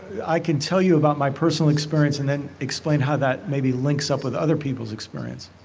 i can tell you about my personal experience and then explain how that maybe links up with other peoples' experience.